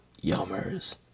yummers